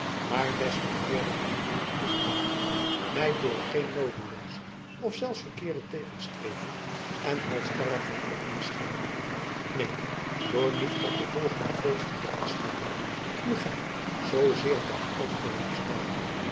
maar des te eerder acht ik het plichtmatig mij door geen noodelooze of zelfs verkeerde tegenstreving en halsstarrigheid te onderscheiden neen door niet op de volgende feesten te verschijnen nu gij hoezeer dan ook door misleiding